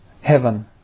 heaven